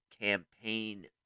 campaign